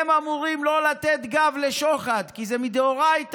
הם אמורים לא לתת גב לשוחד, כי זה מדאורייתא,